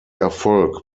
erfolg